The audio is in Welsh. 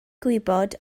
gwybod